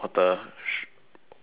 quite strongly